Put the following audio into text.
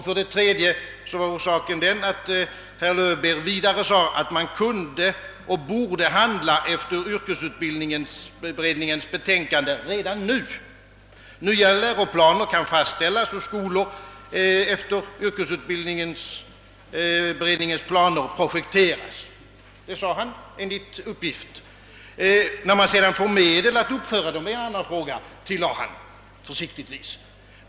För det tredje var en orsak att herr Löwbeer vidare sade att man kunde och borde handla efter yrkesutbildningsberedningens betänkande redan nu; nya läroplaner kunde fastställas, och skolor kunde projekteras efter yrkesutbildningsberedningens planer. När man sedan får medel att uppföra dessa skolor är en annan fråga, tillade han försiktigtvis.